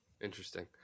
interesting